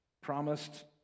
promised